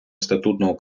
статутного